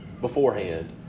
beforehand